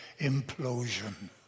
implosion